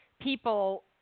people